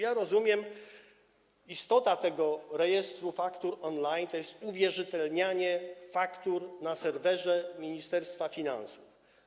Ja rozumiem - istota tego rejestru faktur on-line to jest uwierzytelnianie faktur na serwerze Ministerstwa Finansów.